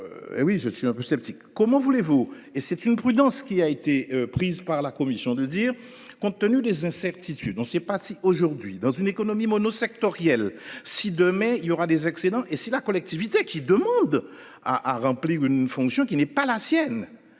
Oui, je suis un peu sceptique. Comment voulez-vous et c'est une prudence qui a été prise par la commission de dire compte tenu des incertitudes, on sait pas si aujourd'hui dans une économie mono-sectorielles. Si demain il y aura des excédents et si la collectivité qui demande à, à remplir une fonction qui n'est pas la sienne.